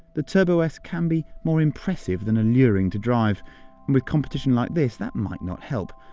the turbo s can be more impressive than alluring to drive. and with competition like this, that might not help.